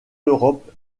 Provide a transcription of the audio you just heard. l’europe